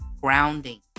grounding